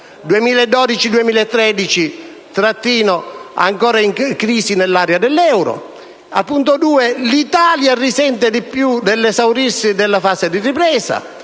«2012-2013: ancora in crisi l'area dell'euro». Punto 2: «L'Italia risente di più dell'esaurirsi della fase di ripresa».